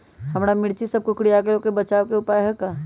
हमर मिर्ची सब कोकररिया गेल कोई बचाव के उपाय है का?